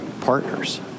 partners